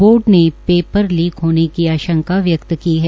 board ने paper leak होने की आंशका व्यक्त की है